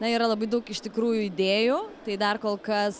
na yra labai daug iš tikrųjų įdėjų tai dar kol kas